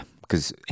because-